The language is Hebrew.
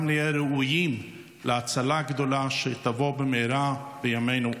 גם נהיה ראויים להצלה גדולה שתבוא במהרה בימינו.